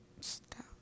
Stop